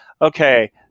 okay